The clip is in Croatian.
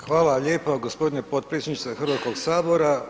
Hvala lijepo gospodine potpredsjedniče Hrvatskog sabora.